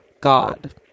God